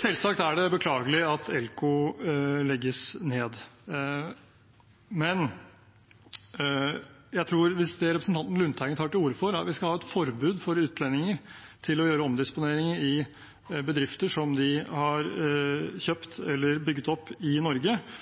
Selvsagt er det beklagelig at ELKO legges ned, men jeg tror at hvis det representanten Lundteigen tar til orde for, er at vi skal ha et forbud for utlendinger til å gjøre omdisponeringer i bedrifter som de har